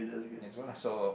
it's gonna so